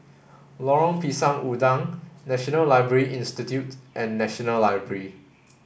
Lorong Pisang Udang National Library Institute and National Library